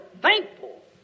thankful